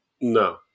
No